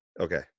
Okay